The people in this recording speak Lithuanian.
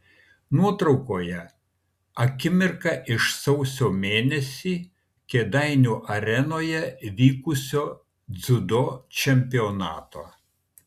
nuotraukoje akimirka iš sausio mėnesį kėdainių arenoje vykusio dziudo čempionato